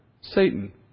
Satan